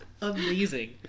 amazing